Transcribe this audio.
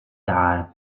the